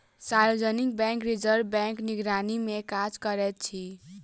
सार्वजनिक bank reserve बैंकक निगरानीमे काज करैत अछि